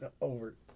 over